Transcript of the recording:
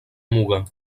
muga